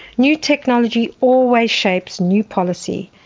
new technology always shapes new policy.